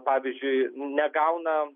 pavyzdžiui negauna